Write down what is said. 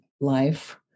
Life